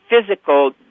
physical